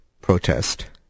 protest